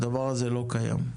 הדבר הזה לא קיים.